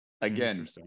Again